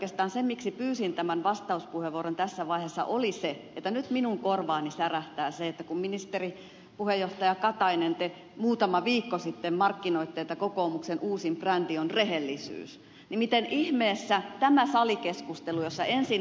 oikeastaan se miksi pyysin tämän vastauspuheenvuoron tässä vaiheessa oli se että nyt minun korvaani särähtää se että kun te ministeri puheenjohtaja katainen muutama viikko sitten markkinoitte että kokoomuksen uusin brändi on rehellisyys niin miten ihmeessä tämä salikeskustelu jossa ensin ed